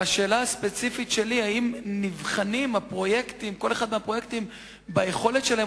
והשאלה הספציפית שלי: האם נבחן כל אחד מהפרויקטים ביכולת שלו,